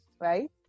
right